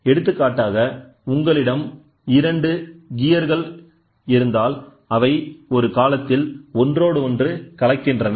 எடுத்துக்காட்டாக உங்களிடம் இரண்டு கியர்கள் இருந்தால் அவை ஒரு காலத்தில் ஒன்றோடொன்று கலக்கின்றன